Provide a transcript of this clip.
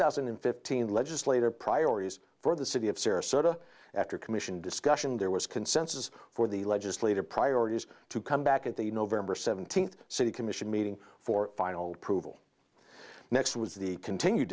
thousand and fifteen legislative priorities for the city of sarasota after commission discussion there was consensus for the legislative priorities to come back at the november seventeenth city commission meeting for final approval next was the continued